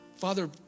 Father